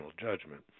judgment